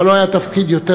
אבל לא היה תפקיד שמילאתי,